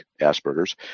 Asperger's